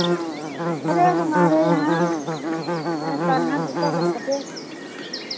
अरे हमारे यहाँ कान्हा जी का बर्थडे है